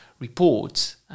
reports